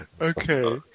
Okay